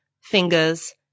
fingers